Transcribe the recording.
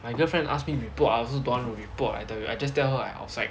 my girlfriend asks me report I also don't want to report I tell you I just tell her I outside